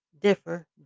differ